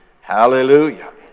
Hallelujah